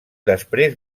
després